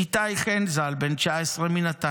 את איתי חן ז"ל, בן 19 מנתניה,